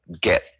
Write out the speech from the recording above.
get